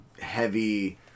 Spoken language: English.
heavy